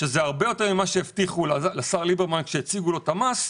שזה הרבה יותר ממה שהבטיחו לשר ליברמן עת הציגו לו את המס,